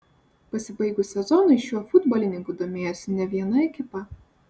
pasibaigus sezonui šiuo futbolininku domėjosi ne viena ekipa